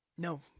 No